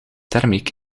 thermiek